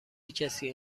کسی